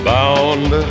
Bound